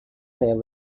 there